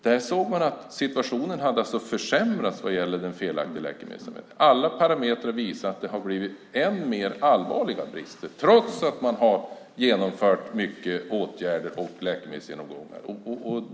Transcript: Där såg man att situationen hade försämrats vad gäller felaktig läkemedelsanvändning. Alla parametrar visade att det har blivit än mer allvarliga brister, trots att man har genomfört mycket åtgärder och läkemedelsgenomgångar.